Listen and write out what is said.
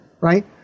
right